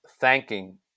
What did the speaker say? thanking